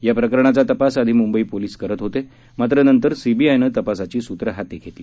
या प्रकरणाचा तपास आधी मुंबई पोलीस करत होते मात्र नंतर सीबीआयमं तपासाची सूतं हाती घेतली